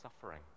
suffering